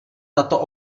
tato